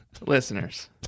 Listeners